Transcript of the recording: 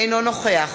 אינו נוכח